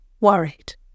Worried